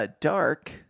dark